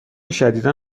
شدیدا